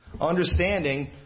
Understanding